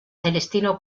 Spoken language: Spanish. celestino